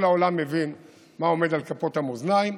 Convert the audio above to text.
כל העולם מבין מה עומד על כפות המאזניים.